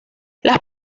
las